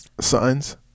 Signs